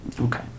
Okay